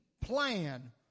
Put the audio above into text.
plan